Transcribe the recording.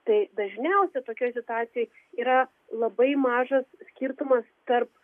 tai dažniausia tokioj situacijoj yra labai mažas skirtumas tarp